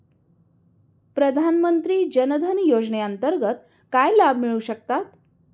प्रधानमंत्री जनधन योजनेअंतर्गत काय लाभ मिळू शकतात?